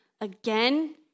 again